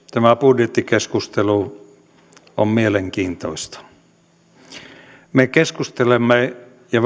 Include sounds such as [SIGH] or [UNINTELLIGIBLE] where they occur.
tämä budjettikeskustelu on mielenkiintoista me keskustelemme ja [UNINTELLIGIBLE]